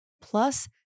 Plus